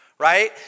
Right